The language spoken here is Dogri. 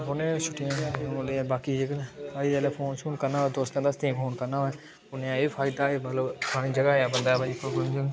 छुट्टियें च बाकी फोन शोन करना होग तुसें ई दोस्तें दास्तें गी फोन करना होग फोनै दा एह् फायदा मतलब फलानी जगह ऐ बंदा भाई